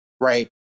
right